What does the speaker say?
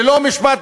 ללא משפט,